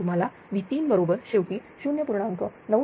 तुम्हाला V3 बरोबर शेवटी 0